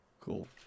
Cool